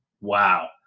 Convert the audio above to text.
Wow